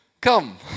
Come